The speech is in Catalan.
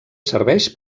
serveix